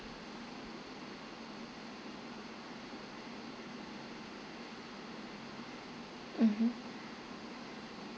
mmhmm